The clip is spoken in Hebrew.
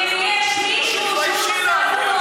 יושבת-ראש ועדת